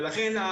ולכן,